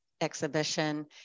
exhibition